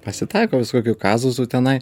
pasitaiko visokių kazusų tenai